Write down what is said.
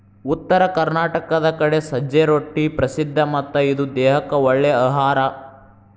ಉತ್ತರ ಕರ್ನಾಟಕದ ಕಡೆ ಸಜ್ಜೆ ರೊಟ್ಟಿ ಪ್ರಸಿದ್ಧ ಮತ್ತ ಇದು ದೇಹಕ್ಕ ಒಳ್ಳೇ ಅಹಾರಾ